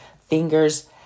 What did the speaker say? fingers